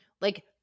Like-